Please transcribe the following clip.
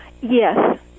Yes